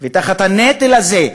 ותחת הנטל הזה.